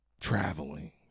traveling